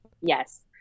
Yes